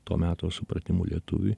to meto supratimu lietuviui